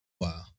Wow